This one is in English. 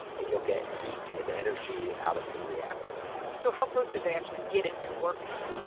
and you'll get heat and energy out of the reactor so how close did they actually get it to working?